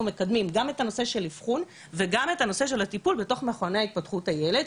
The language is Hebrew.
מקדמים גם את נושא האבחון וגם את נושא הטיפול בתוך מכוני התפתחות הילד.